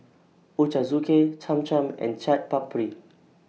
Ochazuke Cham Cham and Chaat Papri